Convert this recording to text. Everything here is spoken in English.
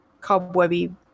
cobwebby